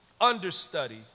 understudy